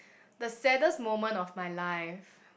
the saddest moment of my life